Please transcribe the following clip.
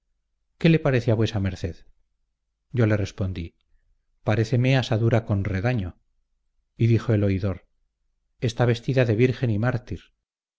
qué le parece a vuesa merced yo le respondí paréceme asadura con redaño y dijo el oidor está vestida de virgen y mártir